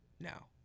Now